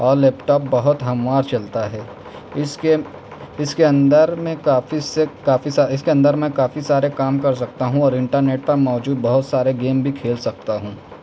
اور laptop بہت ہموار چلتا ہے اس کے اس کے اندر میں کافی سے کافی سا اس کے اندر میں کافی سارے کام کر سکتا ہوں اور انٹرنیٹ پر موجود بہت سارے گیم بھی کھیل سکتا ہوں